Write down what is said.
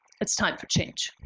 it's time for change.